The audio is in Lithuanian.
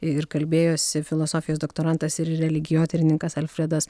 ir kalbėjosi filosofijos doktorantas ir religijotyrininkas alfredas